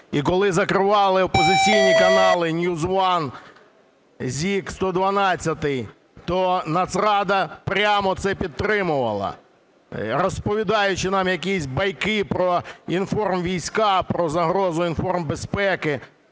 І коли закривали опозиційні канали NewsОne, ZIK, "112", то Нацрада прямо це підтримувала, розповідаючи нам якісь байки про інформвійська, про загрозу інформбезпеці.